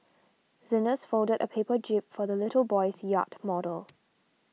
the nurse folded a paper jib for the little boy's yacht model